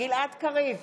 גלעד קריב,